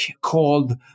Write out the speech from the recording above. called